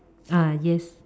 ah yes